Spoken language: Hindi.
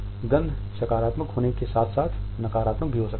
गंध सकारात्मक होने के साथ साथ नकारात्मक भी हो सकती है